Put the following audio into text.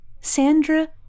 Sandra